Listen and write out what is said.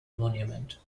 monument